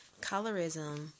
colorism